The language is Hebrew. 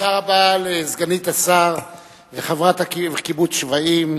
תודה רבה לסגנית השר וחברת קיבוץ שפיים,